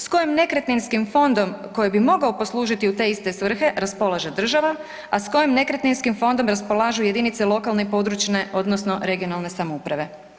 S kojim nekretninskim fondom koji bi mogao poslužiti u te iste svrhe, raspolaže država, a s kojim nekretninskim fondom raspolažu jedinice lokalne i područne (regionalne) samouprave.